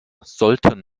sollten